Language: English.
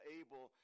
able